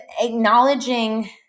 acknowledging